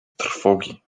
trwogi